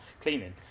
cleaning